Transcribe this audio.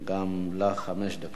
גם לך, חמש דקות.